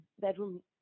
bedroom